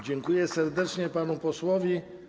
Dziękuję serdecznie panu posłowi.